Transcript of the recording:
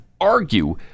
argue